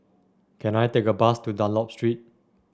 can I take a bus to Dunlop Street